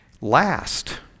last